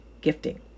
gifting